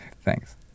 Thanks